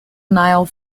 nile